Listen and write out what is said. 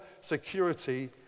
security